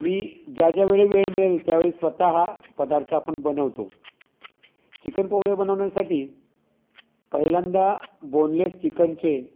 मी ज्या ज्या वेळी वेळ मिळेल त्यावेळी स्वतः पदार्थ आपण बनवतो चिकन पकोडे बनवण्यासाठी पहिल्यांदा बोनलेस चिकनचे